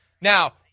Now